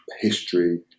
history